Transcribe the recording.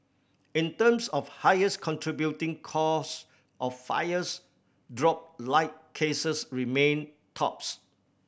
in terms of highest contributing cause of fires dropped light cases remained tops